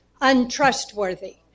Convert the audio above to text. untrustworthy